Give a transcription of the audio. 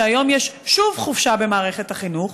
שהיום יש שוב חופשה במערכת החינוך,